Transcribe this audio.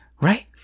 Right